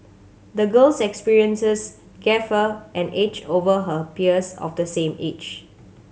the girl's experiences gave her an edge over her peers of the same age